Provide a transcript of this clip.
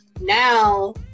now